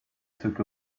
took